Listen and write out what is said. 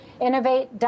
innovate